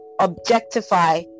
objectify